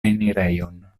enirejon